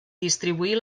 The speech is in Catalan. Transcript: distribuir